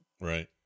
Right